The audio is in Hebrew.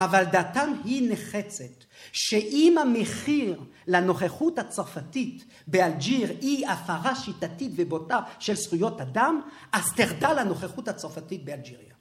אבל דעתן היא נחרצת, שאם המחיר לנוכחות הצרפתית באלג'יר היא הפרה שיטתית ובוטה של זכויות אדם אז תחדל הנוכחות הצרפתית באלג'יריה.